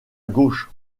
gauche